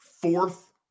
fourth